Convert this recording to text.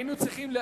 היינו צריכים,